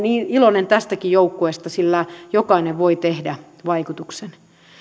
niin iloinen tästäkin joukkueesta sillä jokainen voi tehdä vaikutuksen